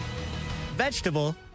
Vegetable